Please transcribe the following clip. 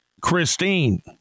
Christine